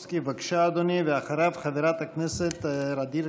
חבר הכנסת טופורובסקי,